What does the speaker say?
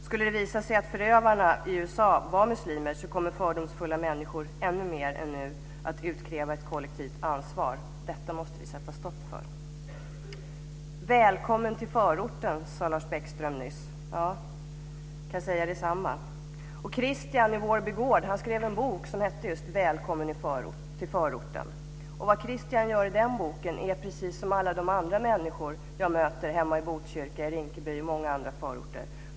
Skulle det visa sig att förövarna i USA var muslimer kommer fördomsfulla människor ännu mer än nu att utkräva ett kollektivt ansvar. Detta måste vi sätta stopp för. Välkommen till förorten, sade Lars Bäckström nyss. Ja, jag kan säga detsamma. Kristian i Vårby Gård skrev en bok som hette just Välkommen till förorten. Vad Kristian gör i den boken är precis som alla de andra människor som jag möter hemma i Botkyrka, Rinkeby och många andra förorter.